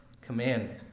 commandment